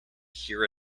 hear